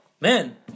man